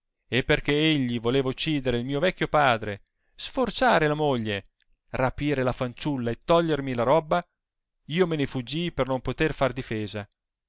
e perchè egli voleva uccidere il mio vecchio padre sforciare la moglie rapire la fanciulla e togliermi la robba io me ne fuggii per non poter far difesa